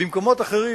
במקומות אחרים,